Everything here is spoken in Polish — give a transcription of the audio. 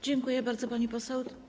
Dziękuję bardzo, pani poseł.